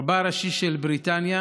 רבה הראשי של בריטניה